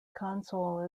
console